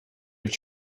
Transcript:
have